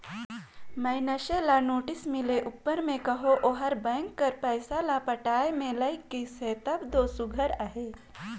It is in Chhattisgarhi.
मइनसे ल नोटिस मिले उपर में कहो ओहर बेंक कर पइसा ल पटाए में लइग गइस तब दो सुग्घर अहे